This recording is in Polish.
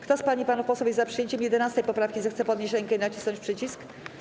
Kto z pań i panów posłów jest za przyjęciem 11. poprawki, zechce podnieść rękę i nacisnąć przycisk.